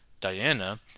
Diana